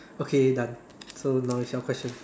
okay done so now is your question